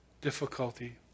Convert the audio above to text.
difficulty